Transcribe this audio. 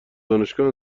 دانشگاه